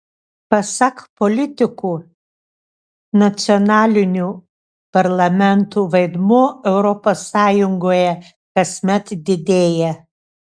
pasak politikų nacionalinių parlamentų vaidmuo europos sąjungoje kasmet didėja